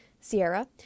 Sierra